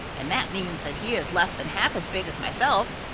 and that means that he is less than half as big as myself.